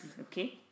Okay